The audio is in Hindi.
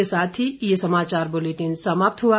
इसी के साथ ये समाचार बुलेटिन समाप्त हुआ